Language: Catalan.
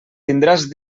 tindràs